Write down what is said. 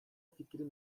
fikri